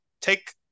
take